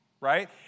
Right